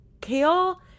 Kale